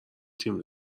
تیم